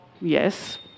yes